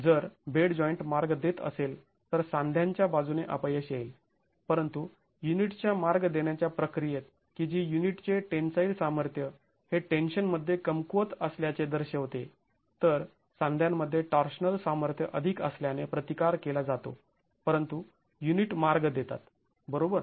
जर bed joint मार्ग देत असेल तर सांध्यांच्या बाजूने अपयश येईल परंतु युनिटच्या मार्ग देण्याच्या प्रक्रियेत कि जी युनिटचे टेंन्साईल सामर्थ्य हे टेन्शन मध्ये कमकुवत असल्याचे दर्शविते तर सांध्यांमध्ये टॉर्शनल सामर्थ्य अधिक असल्याने प्रतिकार केला जातो परंतु युनिट मार्ग देतात बरोबर